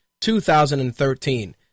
2013